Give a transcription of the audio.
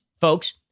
folks